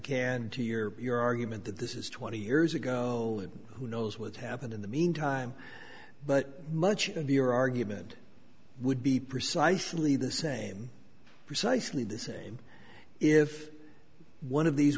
can to your your argument that this is twenty years ago and who knows what happened in the meantime but much of your argument would be precisely the same precisely the same if one of these